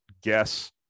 guess